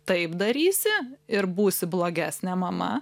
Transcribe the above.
taip darysi ir būsi blogesnė mama